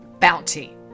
bounty